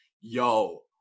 yo